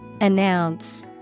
Announce